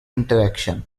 interaction